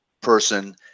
person